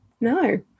no